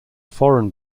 foreign